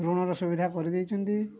ଋଣର ସୁବିଧା କରିଦେଇଛନ୍ତି